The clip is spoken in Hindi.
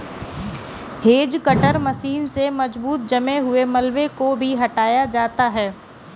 हेज कटर मशीन से मजबूत जमे हुए मलबे को भी हटाया जाता है